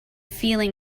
feeling